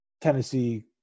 Tennessee